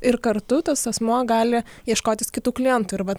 ir kartu tas asmuo gali ieškotis kitų klientų ir vat